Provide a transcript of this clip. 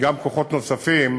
כוחות נוספים,